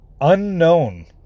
unknown